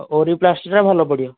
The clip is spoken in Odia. ଓରିପ୍ଲାଷ୍ଟଟା ଭଲ ପଡ଼ିବ